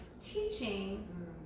teaching